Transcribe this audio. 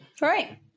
right